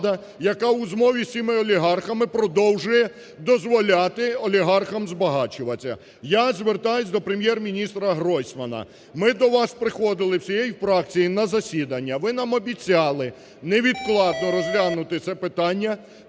яка у змові з цими олігархами, продовжує дозволяти олігархам збагачуваться. Я звертаюся до Прем’єр-міністра Гройсмана. Ми до вас приходили всією фракцією на засідання, ви нам обіцяли невідкладно розглянути це питання,